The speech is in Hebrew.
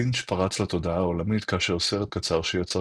לינץ' פרץ לתודעה העולמית כאשר סרט קצר שיצר